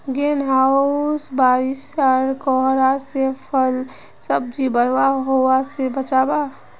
green house बारिश आर कोहरा से फल सब्जिक बर्बाद होवा से बचाहा